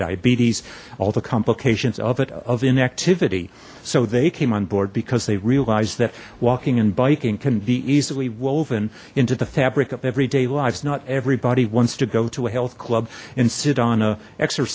diabetes all the complications of it of inactivity so they came on board because they realized that walking and biking can be easily woven into the fabric of everyday lives not everybody wants to go to a health club and sit on a ex